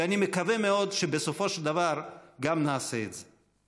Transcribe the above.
ואני מקווה מאוד שבסופו של דבר גם נעשה את זה.